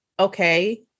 okay